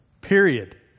Period